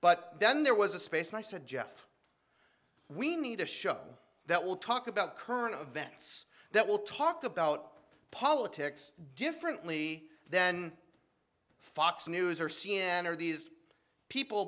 but then there was a space and i said jeff we need a show that will talk about current events that will talk about politics differently then fox news or c n n or these people